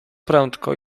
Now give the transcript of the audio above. prędko